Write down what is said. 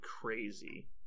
crazy